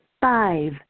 Five